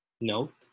Note